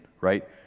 right